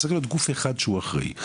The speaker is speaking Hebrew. צריך להיות גוף אחד שהוא אחראי.